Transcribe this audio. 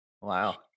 Wow